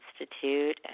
Institute